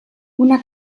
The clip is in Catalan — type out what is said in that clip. una